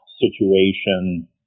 situation